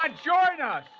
ah join us!